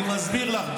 אני מסביר לך,